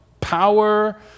power